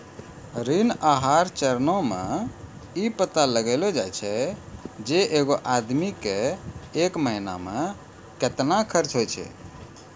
ऋण आहार चरणो मे इ पता लगैलो जाय छै जे एगो आदमी के एक महिना मे केतना खर्चा होय छै